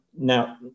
Now